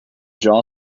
jaw